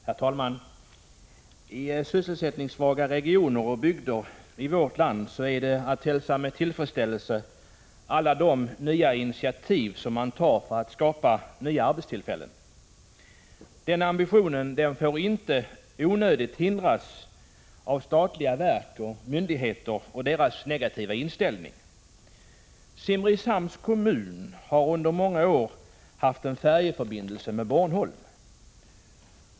Herr talman! I sysselsättningssvaga regioner och bygder i vårt land hälsar man med tillfredsställelse alla initiativ som tas för att skapa nya arbetstillfällen. Ambitionen att åstadkomma jobb får inte i onödan hindras av statliga verk och myndigheter och deras negativa inställning. Simrishamns kommun har i många år haft en färjeförbindelse med Bornholm.